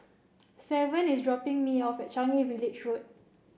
Savon is dropping me off at Changi Village Road